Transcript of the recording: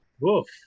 Woof